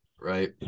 Right